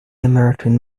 american